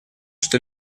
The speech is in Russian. что